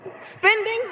Spending